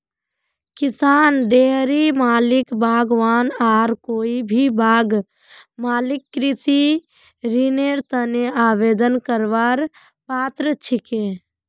किसान, डेयरी मालिक, बागवान आर कोई भी बाग मालिक कृषि ऋनेर तने आवेदन करवार पात्र छिके